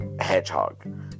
hedgehog